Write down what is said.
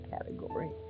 Category